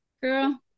girl